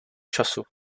času